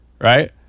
right